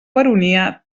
baronia